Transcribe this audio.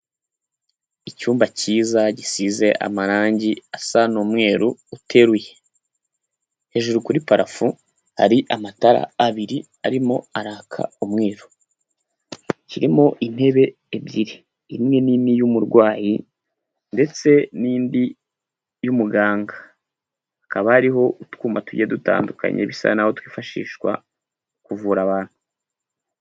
Icyumba cyiza gisize amarangi asa n'umweru uteruye. Hejuru kuri parafo hari amatara abiri arimo araka umweru. Kirimo intebe ebyiri, imwe nini y'umurwayi ndetse n'indi y'umuganga. Hakaba hariho utwuma tugiye dutandukanye bisa naho twifashishwa kuvura abantu.